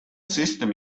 system